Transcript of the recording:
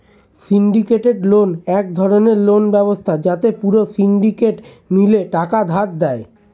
syndicated loan এক ধরণের loan ব্যবস্থা যাতে পুরো সিন্ডিকেট মিলে টাকা ধার দেয়